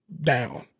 down